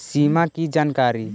सिमा कि जानकारी?